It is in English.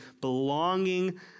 belonging